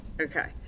Okay